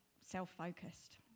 self-focused